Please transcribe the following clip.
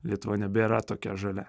lietuva nebėra tokia žalia